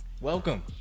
welcome